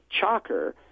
chalker